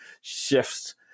shifts